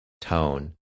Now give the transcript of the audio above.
tone